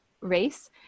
Race